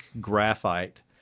graphite